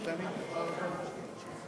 (תיקון מס' 8),